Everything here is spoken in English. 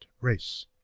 Race